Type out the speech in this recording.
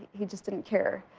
he just didn't care.